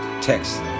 text